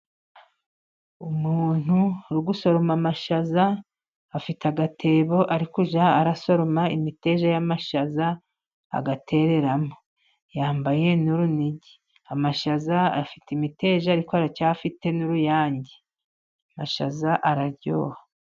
Umuntu uri gusoroma amashaza afite agatebo. Ari kujya arasoroma imiteja y'amashaza agatereramo. Yambaye n'urunigi. Amashaza afite imiteja, ariko aracyafite n'uruyange. Amashaza araryoha.